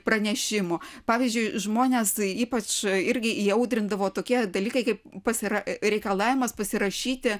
pranešimų pavyzdžiui žmonės ypač irgi įaudrindavo tokie dalykai kaip pas reikalavimas pasirašyti